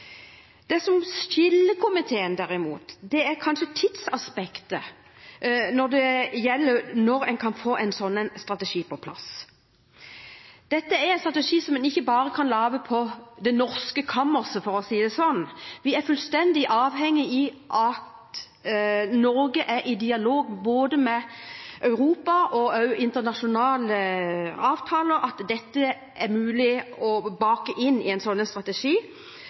Det som skiller komiteen derimot, er kanskje tidsaspektet for når man kan få en slik strategi på plass. Dette er en strategi som man ikke bare kan lage på det norske kammerset, for å si det sånn. Vi er fullstendig avhengig av at Norge er i dialog med Europa om internasjonale avtaler, og at dette er mulig å bake inn i en slik strategi,